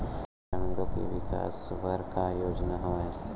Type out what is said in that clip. ग्रामीणों के विकास बर का योजना हवय?